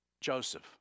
Joseph